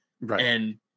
Right